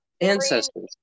ancestors